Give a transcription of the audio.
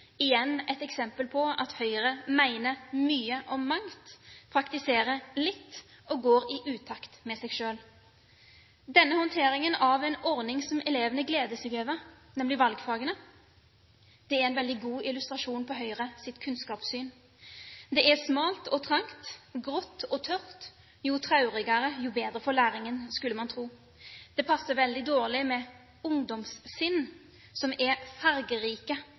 igjen et eksempel på at Høyre mener mye om mangt, praktiserer litt og går i utakt med seg selv. Denne håndteringen av en ordning som elevene gleder seg over, nemlig valgfagene, er en veldig god illustrasjon på Høyres kunnskapssyn. Det er smalt og trangt, grått og tørt. Jo traurigere, jo bedre for læringen, skulle man tro. Det passer veldig dårlig med ungdomssinn, som er